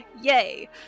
Yay